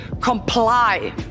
comply